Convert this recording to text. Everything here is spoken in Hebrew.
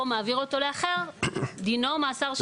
או מעביר אותו לאחר דינו שנת מאסר.